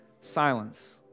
silence